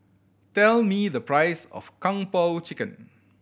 tell me the price of Kung Po Chicken